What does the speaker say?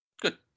Good